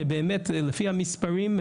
שבאמת לפי המספרים,